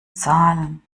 zahlen